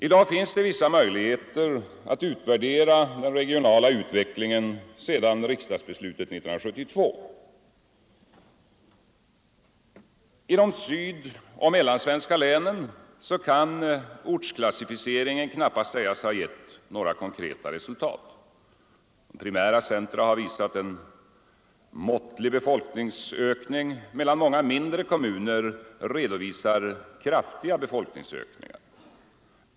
I dag finns det vissa möjligheter att utvärdera den regionala utvecklingen sedan 1972 års riksdagsbeslut. I de sydoch mellansvenska länen kan ortsklassificeringen knappast sägas ha givit några konkreta resultat. De primära centra har visat en måttlig befolkningsökning, medan många mindre kommuner redovisar kraftiga befolkningsökningar.